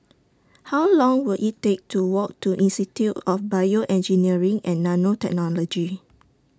How Long Will IT Take to Walk to Institute of Bioengineering and Nanotechnology